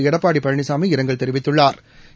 எடப்பாடி பழனிசாமி இரங்கல் தெரிவித்துள்ளாா்